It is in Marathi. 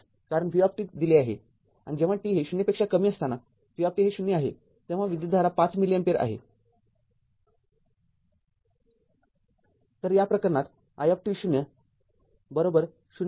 कारण v दिले आहे आणि जेव्हा t हे ० पेक्षा कमी असताना v हे ० आहे तेव्हा विद्युतधारा ५ मिली अँपिअर आहेतर या प्रकरणात i ० आहे